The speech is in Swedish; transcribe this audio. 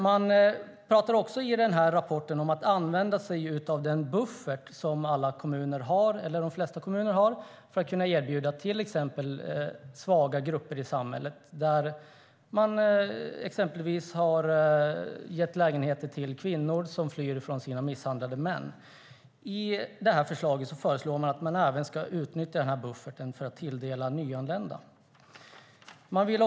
Det talas också i rapporten om att använda sig av den buffert som de flesta kommuner har för att kunna erbjuda till exempel svaga grupper i samhället bostad. De har exempelvis gett lägenheter till kvinnor som flyr från sina misshandlande män. Det föreslås att man även ska utnyttja denna buffert för att tilldela nyanlända lägenheter.